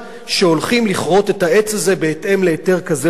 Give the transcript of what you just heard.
שהולכים לכרות את העץ הזה בהתאם להיתר כזה או אחר,